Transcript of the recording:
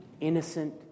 innocent